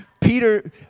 Peter